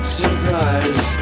surprise